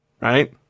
Right